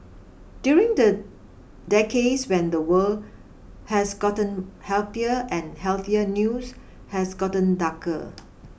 during the decades when the world has gotten happier and healthier news has gotten darker